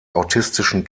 autistischen